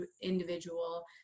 individual